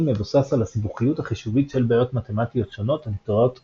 מבוסס על הסיבוכיות החישובית של בעיות מתמטיות שונות הנקראות "קשות",